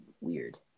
weird